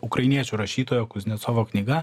ukrainiečių rašytojo kuznecovo knyga